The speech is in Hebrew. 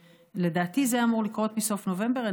לדעתי זה אמור לקרות מסוף נובמבר.